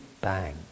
bang